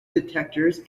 detectors